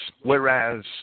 whereas